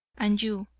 and you,